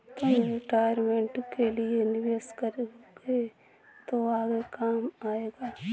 तुम रिटायरमेंट के लिए निवेश करोगे तो आगे काम आएगा